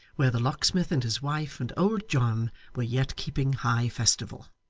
where the locksmith and his wife and old john were yet keeping high festival.